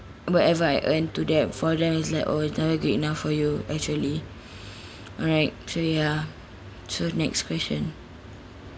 whatever I earned to that for them is like oh it's never good enough for you actually alright so ya so next question